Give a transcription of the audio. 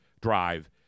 drive